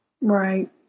Right